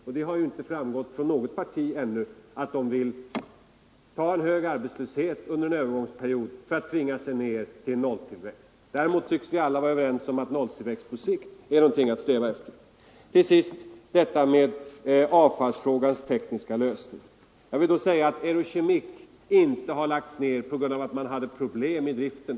Och inget parti har ännu sagt att man vill ta en hög arbetslöshet under en övergångsperiod för att tvinga sig ned till nolltillväxt. Däremot tycks alla vara ense om att nolltillväxt på sikt är någonting att sträva efter. Så några ord om den tekniska lösningen av avfallsfrågan. Det är inte så att Eurochemic har lagts ned på grund av några problem med driften.